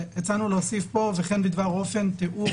הצענו להוסיף פה: וכן בדבר אופן תיאור